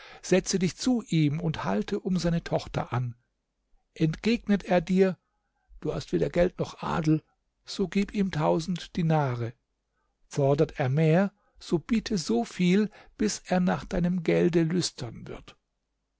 setze dich zu ihm und halte um seine tochter an entgegnet er dir du hast weder geld noch adel so gib ihm tausend dinare fordert er mehr so biete so viel bis er nach deinem gelde lüstern wird